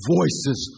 Voices